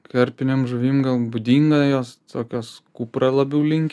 karpinėm žuvim gal būdinga jos tokios kuprą labiau linkę